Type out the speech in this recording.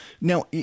Now